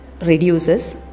reduces